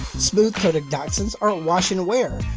smooth-coated dachshunds are wash and wear,